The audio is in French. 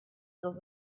dans